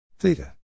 Theta